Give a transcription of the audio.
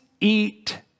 eat